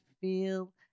feel